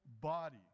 body